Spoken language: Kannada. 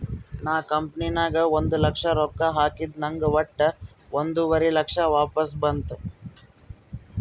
ನಾ ಕಂಪನಿ ನಾಗ್ ಒಂದ್ ಲಕ್ಷ ರೊಕ್ಕಾ ಹಾಕಿದ ನಂಗ್ ವಟ್ಟ ಒಂದುವರಿ ಲಕ್ಷ ವಾಪಸ್ ಬಂತು